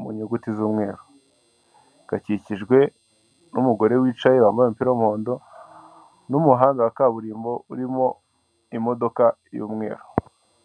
mu nyuguti z'umweru, gakikijwe n'umugore wicaye wambaye umupira w'umuhondoho n'umuhanda wa kaburimbo urimo imodoka y'umweru.